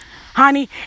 Honey